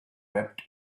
wept